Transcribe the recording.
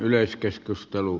kiitoksia